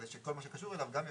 כדי שכל מה שקשור אליו גם יחול.